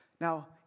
Now